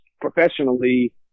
professionally